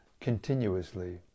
continuously